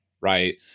right